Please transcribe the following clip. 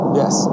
yes